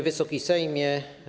Wysoki Sejmie!